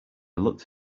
looked